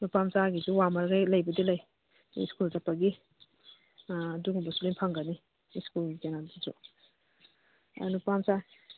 ꯅꯨꯄꯥ ꯃꯆꯥꯒꯤꯁꯨ ꯋꯥꯃꯔꯒ ꯂꯩꯕꯨꯗꯤ ꯂꯩ ꯑꯗꯨ ꯁ꯭ꯀꯨꯜ ꯆꯠꯄꯒꯤ ꯑꯥ ꯑꯗꯨꯒꯨꯝꯕꯁꯨ ꯂꯣꯏ ꯐꯪꯒꯅꯤ ꯁ꯭ꯀꯨꯜ ꯀꯩꯅꯣꯗꯨꯁꯨ ꯑꯥ ꯅꯨꯄꯥ ꯃꯆꯥ